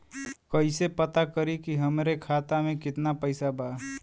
कइसे पता करि कि हमरे खाता मे कितना पैसा बा?